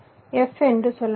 F என்று சொல்வோம்